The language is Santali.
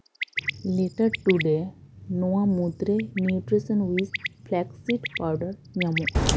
ᱞᱮᱴᱟᱨ ᱴᱩᱰᱮ ᱱᱚᱣᱟ ᱢᱩᱫᱽᱨᱮ ᱱᱤᱭᱩᱴᱨᱮᱥᱚᱱ ᱩᱭᱤᱥ ᱯᱷᱞᱮᱠᱥᱤᱰ ᱯᱟᱣᱰᱟᱨ ᱧᱟᱢᱚᱜᱼᱟ